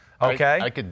Okay